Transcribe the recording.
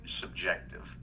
subjective